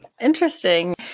Interesting